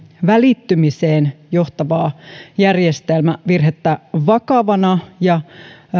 välittymiseen johtavaa järjestelmävirhettä vakavana ja